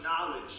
knowledge